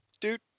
dude